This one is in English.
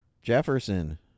Jefferson